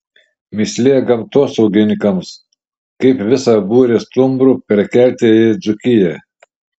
mįslė gamtosaugininkams kaip visą būrį stumbrų perkelti į dzūkiją